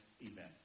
event